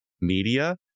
media